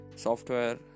software